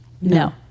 No